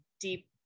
deep